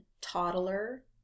toddler